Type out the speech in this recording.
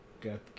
Get